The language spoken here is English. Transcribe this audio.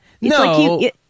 no